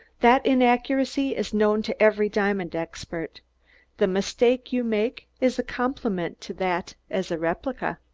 that inaccuracy is known to every diamond expert the mistake you make is a compliment to that as a replica.